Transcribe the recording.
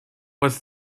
was